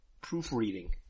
proofreading